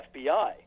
fbi